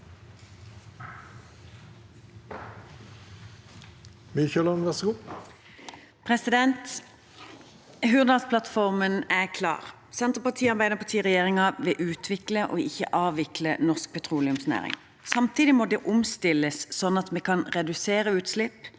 Hurdals- plattformen er klar. Arbeiderparti–Senterparti-regjeringen vil utvikle, ikke avvikle norsk petroleumsnæring. Samtidig må det omstilles, slik at vi kan redusere utslipp